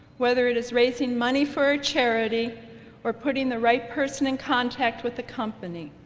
whether it is raising money for a charity or putting the right person in contact with the company.